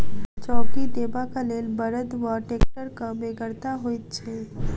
चौकी देबाक लेल बड़द वा टेक्टरक बेगरता होइत छै